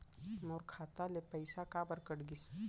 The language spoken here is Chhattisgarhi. मोर खाता ले पइसा काबर कट गिस?